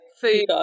food